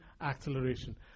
acceleration